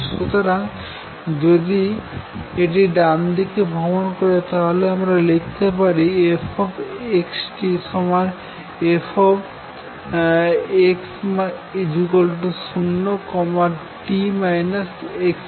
সুতরাং যদি এটি ডানদিকে ভ্রমন করে তাহলে আমরা লিখতে পারি f x t f x 0 t x v